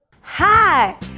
Hi